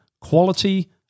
quality